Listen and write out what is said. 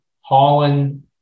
Holland